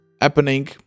happening